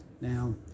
Now